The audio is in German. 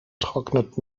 trocknet